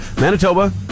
Manitoba